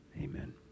Amen